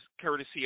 courtesy